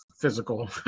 physical